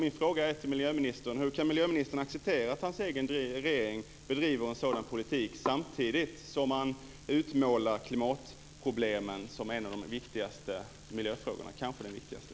Min fråga till miljöministern är därför: Hur kan miljöministern acceptera att hans egen regering bedriver en sådan politik, samtidigt som man utmålar detta med klimatproblemen som en av de viktigaste miljöfrågorna - ja, kanske den viktigaste?